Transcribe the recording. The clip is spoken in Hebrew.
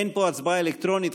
אין פה הצבעה אלקטרונית,